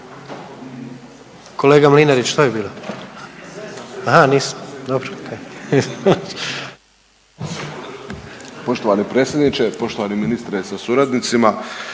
Kolega Mlinarić što je bilo? Aha nisu, dobro, ok. **Deur, Ante (HDZ)** Poštovani predsjedniče, poštovani ministre sa suradnicima,